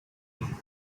mean